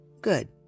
Good